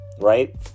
Right